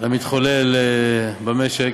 למתחולל במשק,